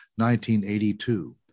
1982